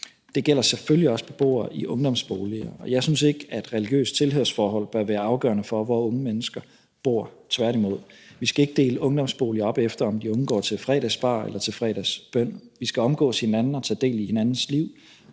Det gælder selvfølgelig også beboere i ungdomsboliger, og jeg synes ikke, at religiøse tilhørsforhold bør være afgørende for, hvor unge mennesker bor, tværtimod. Vi skal ikke dele ungdomsboliger op efter, om de unge går til fredagsbar eller til fredagsbøn. Vi skal omgås hinanden og tage del i hinandens liv